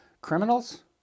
criminals